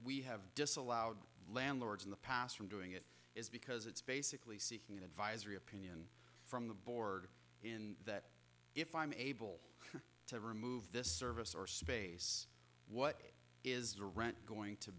we have disallowed landlords in the past from doing it is because it's basically seeking an advisory opinion from the board in that if i'm able to remove this service or space what is going to